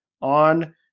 on